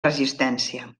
resistència